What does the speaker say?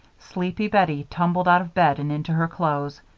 sleepy bettie tumbled out of bed and into her clothes.